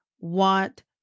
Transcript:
want